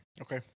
Okay